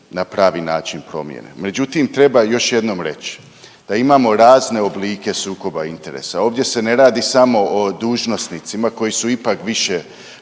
na pravi način promjene. Međutim, treba još jednom reći da imamo razne oblike sukoba interesa, ovdje se ne radi samo o dužnosnicima koji su ipak više